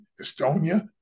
Estonia